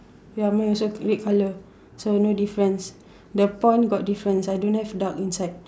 ya mine also red colour so no difference the pond got difference I don't have duck inside